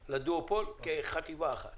לדואופול, כחטיבה אחת